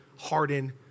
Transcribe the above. harden